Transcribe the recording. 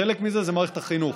חלק מזה זה מערכת החינוך.